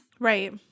Right